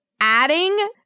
Adding